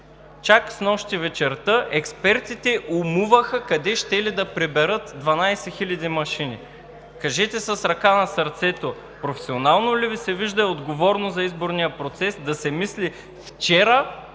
чак снощи вечерта експертите умуваха къде щели да приберат 12 000 машини. Кажете с ръка на сърцето: професионално и отговорно ли Ви се вижда за изборния процес да се мисли вчера,